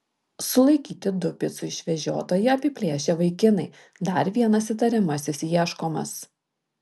sulaikyti du picų išvežiotoją apiplėšę vaikinai dar vienas įtariamasis ieškomas